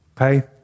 Okay